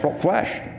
flesh